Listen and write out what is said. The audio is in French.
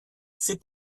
ces